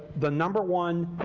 the number one